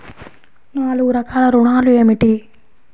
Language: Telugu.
నాలుగు రకాల ఋణాలు ఏమిటీ?